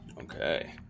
Okay